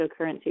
cryptocurrencies